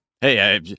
Hey